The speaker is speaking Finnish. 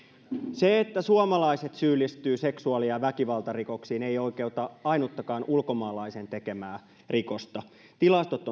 se että suomalaiset syyllistyvät seksuaali ja väkivaltarikoksiin ei oikeuta ainuttakaan ulkomaalaisen tekemää rikosta tilastot